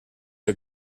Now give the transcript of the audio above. are